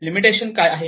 limitation काय आहे